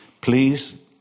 Please